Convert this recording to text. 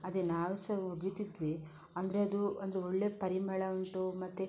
ಅದೇ ನಾವು ಸಹ ಒಗಿತಿದ್ವಿ ಅಂದರೆ ಅದು ಅಂದರೆ ಒಳ್ಳೆಯ ಪರಿಮಳ ಉಂಟು ಮತ್ತು